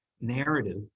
narrative